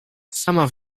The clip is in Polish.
sama